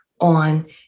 on